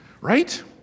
right